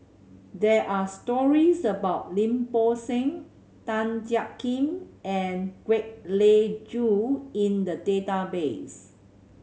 there are stories about Lim Bo Seng Tan Jiak Kim and Kwek Leng Joo in the database